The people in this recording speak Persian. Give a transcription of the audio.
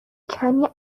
کمی